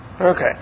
Okay